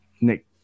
nick